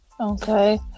Okay